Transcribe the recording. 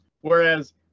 Whereas